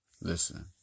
listen